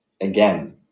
again